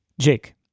Jake